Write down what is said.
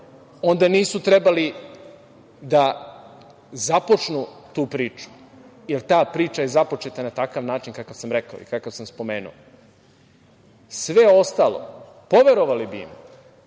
onda nisu trebali da započnu tu priču, jer ta priča je započeta na takav način kako sam rekao i kako sam spomenuo. Sve ostalo, poverovali bi da